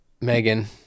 Megan